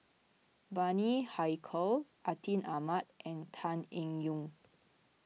Bani Haykal Atin Amat and Tan Eng Yoon